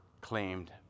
claimed